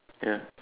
ya